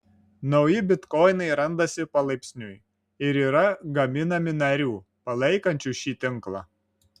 nauji bitkoinai randasi palaipsniui ir yra gaminami narių palaikančių šį tinklą